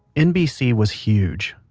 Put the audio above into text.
nbc was huge.